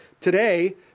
Today